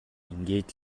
ингээд